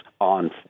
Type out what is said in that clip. on